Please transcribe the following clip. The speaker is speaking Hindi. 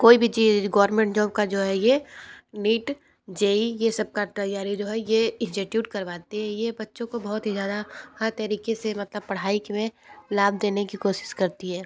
कोई भी चीज़ गोवर्मेंट जॉब का जो है यह नीट जेईई यह सब का तैयारी जो है यह इंस्टिट्यूट करवाती है यह बच्चों को बहुत ही ज़्यादा हर तरीके से मतलब पढ़ाई के में लाभ देने की कोशिश करती है